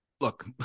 Look